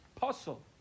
Puzzle